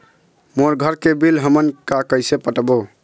मोर घर के बिल हमन का कइसे पटाबो?